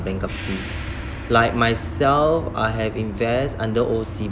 bankruptcy like myself I have invest under O_C_B_C